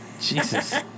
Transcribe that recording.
Jesus